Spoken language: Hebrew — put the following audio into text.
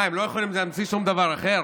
מה, הם לא יכולים להמציא שום דבר אחר?